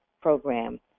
Program